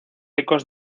ecos